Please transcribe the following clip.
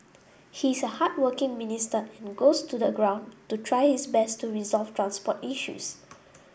he's a hardworking minister and goes to the ground to try his best to resolve transport issues